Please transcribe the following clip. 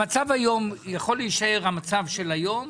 המצב היום יכול להישאר כפי שהוא,